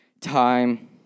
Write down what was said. time